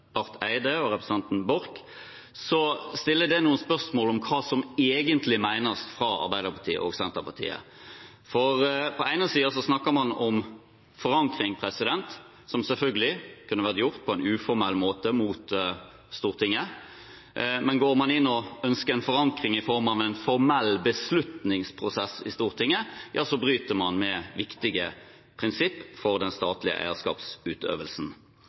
Barth Eide og representanten Borch, så stiller det noen spørsmål om hva Arbeiderpartiet og Senterpartiet egentlig mener. På den ene side snakker man om forankring – som selvfølgelig kunne vært gjort på en uformell måte – i Stortinget, men går man inn og ønsker en forankring i form av en formell beslutningsprosess i Stortinget, bryter man med viktige prinsipper for den statlige eierskapsutøvelsen.